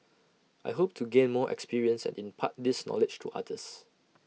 I hope to gain more experience and impart this knowledge to others